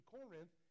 Corinth